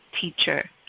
teacher